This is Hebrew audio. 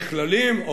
נכללים,